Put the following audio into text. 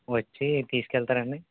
వచ్చి తీసుకు వెళ్తారని